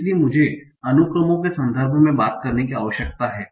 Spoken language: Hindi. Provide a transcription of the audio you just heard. इसलिए मुझे अनुक्रमों के संदर्भ में बात करने की आवश्यकता है